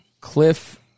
Cliff –